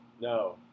No